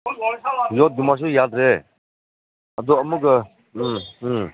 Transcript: ꯌꯣꯠ ꯀꯨꯝꯕꯁꯨ ꯌꯥꯗ꯭ꯔꯦ ꯑꯗꯣ ꯑꯃꯨꯛꯀ ꯎꯝ ꯎꯝ